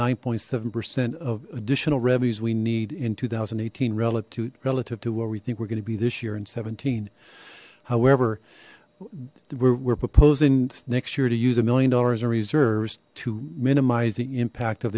nine point seven percent of additional revenues we need in two thousand and eighteen relative to relative to where we think we're going to be this year in seventeen however we're proposing next year to use a million dollars and reserves to minimize the impact of